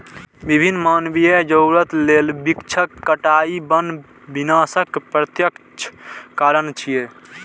विभिन्न मानवीय जरूरत लेल वृक्षक कटाइ वन विनाशक प्रत्यक्ष कारण छियै